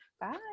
bye